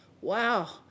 wow